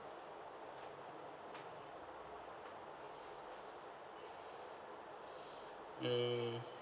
mm